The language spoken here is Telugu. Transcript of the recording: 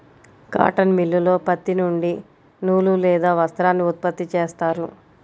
కాటన్ మిల్లులో పత్తి నుండి నూలు లేదా వస్త్రాన్ని ఉత్పత్తి చేస్తారు